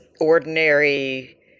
ordinary